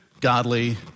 godly